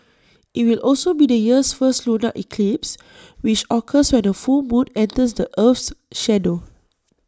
IT will also be the year's first lunar eclipse which occurs when A full moon enters the Earth's shadow